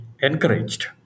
encouraged